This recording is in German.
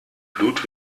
blut